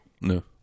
No